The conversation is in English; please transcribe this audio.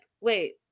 wait